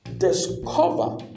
Discover